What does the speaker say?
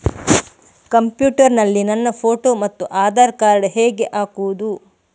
Computer ನಲ್ಲಿ ನನ್ನ photo ಮತ್ತು ಆಧಾರ್ ಕಾರ್ಡ್ ಹೇಗೆ ಹಾಕುವುದು?